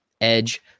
edge